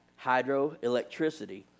hydroelectricity